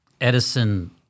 Edison